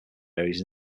areas